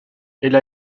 elle